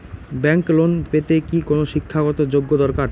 Bank loan পেতে কি কোনো শিক্ষা গত যোগ্য দরকার?